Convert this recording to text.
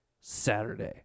Saturday